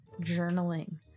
journaling